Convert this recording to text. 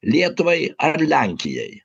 lietuvai ar lenkijai